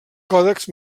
còdex